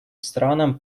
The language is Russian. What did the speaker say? странам